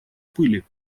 пыли